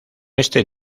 este